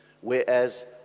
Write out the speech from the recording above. whereas